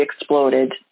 exploded